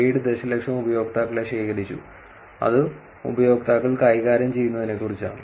7 ദശലക്ഷം ഉപയോക്താക്കളെ ശേഖരിച്ചു അത് ഉപയോക്താക്കൾ കൈകാര്യം ചെയ്യുന്നതിനെക്കുറിച്ചാണ്